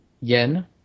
yen